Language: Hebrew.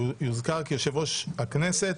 יוזכר כי יושב-ראש הכנסת